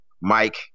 Mike